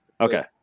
Okay